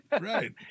Right